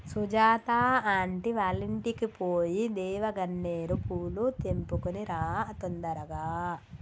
Sujatha aunty వాళ్ళింటికి పోయి దేవగన్నేరు పూలు తెంపుకొని రా తొందరగా